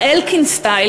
ה"אלקין סטייל",